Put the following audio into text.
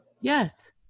Yes